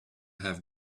have